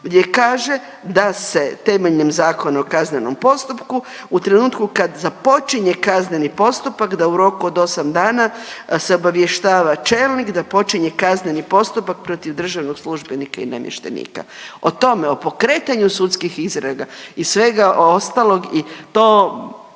gdje kaže da se temeljem Zakona o kaznenom postupku u trenutku kad započinje kazneni postupak da u roku od 8 dana se obavještava čelnik da počinje kazneni postupak protiv državnog službenika i namještenika. O tome, o pokretanju sudskih istraga i svega ostalog i to